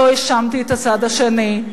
לא האשמתי את הצד השני,